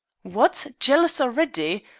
what! jealous already!